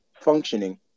functioning